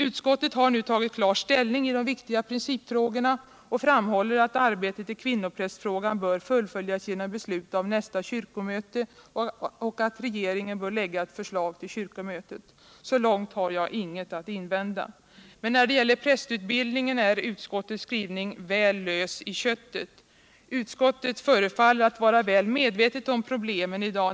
Utskottet har nu tagit klar ställning i de viktiga principfrågorna och framhåller att arbetet i kvinnoprästfrågan bör fullföljas genom beslut av nästa kyrkomöte och att regeringen bör lägga fram ett förslag för kyrkomötet. Så långt har jag inget att invända. Men när det gäller prästutbildningen är utskottets skrivning väl lös i köttet. Utskottet förefaller att vara väl medvetet om problemen i dag.